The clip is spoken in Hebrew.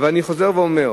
אני חוזר ואומר: